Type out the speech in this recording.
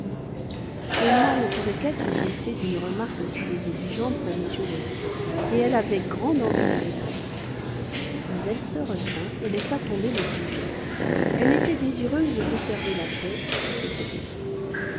emma ne pouvait qu'être blessée d'une remarque aussi désobligeante pour m weston et elle avait grande envie d'y répondre mais elle se retint et laissa tomber le sujet elle était désireuse de conserver la paix si c'était possible